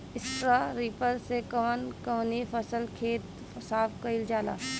Straw reaper से कवन कवनी फसल के खेत साफ कयील जाला?